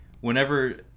whenever